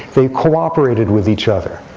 they cooperated with each other.